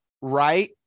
right